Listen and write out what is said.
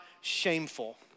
shameful